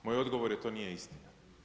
Moj odgovor je, to nije istina.